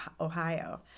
Ohio